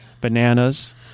bananas